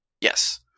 Yes